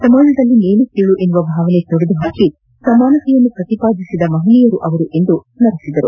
ಸಮಾಜದಲ್ಲಿ ಮೇಲುಕೀಳು ಎನ್ನುವ ಭಾವನೆ ತೊಡೆದು ಸಮಾನತೆಯನ್ನು ಪ್ರತಿಪಾದಿಸಿದ ಮಹನೀಯರು ಎಂದು ಸ್ಥರಿಸಿದರು